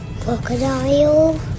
crocodile